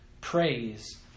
praise